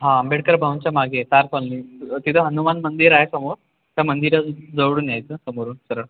हा आंबेडकर भवनच्या मागे तार कॉलनी तिथं हनुमान मंदिर आहे समोर त्या मंदिराजवळून यायचं समोरून सरळ